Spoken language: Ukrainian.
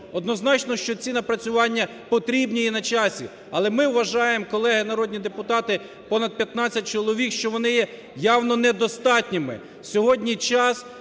Однозначно, що ці напрацювання потрібні і на часі. Але, ми вважаємо, колеги народні депутати, понад 15 чоловік, що вони є явно недостатніми.